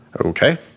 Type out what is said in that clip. Okay